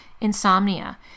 insomnia